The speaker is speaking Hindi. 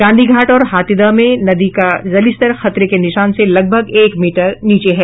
गांधी घाट और हाथीदह में नदी का जलस्तर खतरे के निशान से लगभग एक मीटर नीचे है